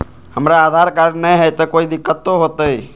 हमरा आधार कार्ड न हय, तो कोइ दिकतो हो तय?